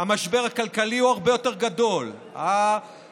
המשבר הכלכלי הוא הרבה יותר גדול והמרמור